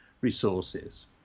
resources